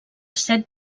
set